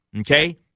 okay